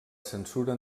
censura